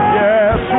yes